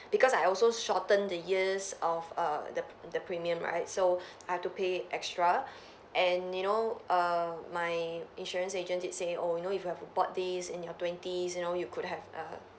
because I also shortened the years of err the the premium right so I have to pay extra and you know err my insurance agent did say oh you know if you have bought these in your twenties you know you could have err